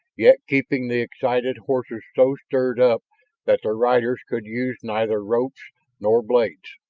yet keeping the excited horses so stirred up that their riders could use neither ropes nor blades.